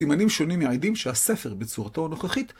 סימנים שונים מעידים שהספר בצורתו נוכחית.